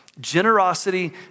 Generosity